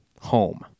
home